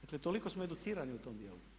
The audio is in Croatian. Dakle, toliko smo educirani u tom djelu.